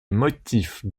motifs